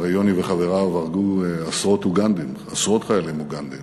והרי יוני וחבריו הרגו עשרות חיילים אוגנדים,